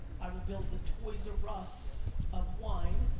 i will build the toys r us of wine.